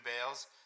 bales